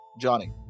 Johnny